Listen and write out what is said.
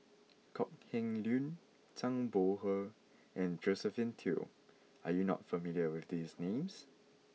Kok Heng Leun Zhang Bohe and Josephine Teo are you not familiar with these names